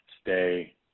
Stay